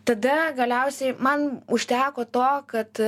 tada galiausiai man užteko to kad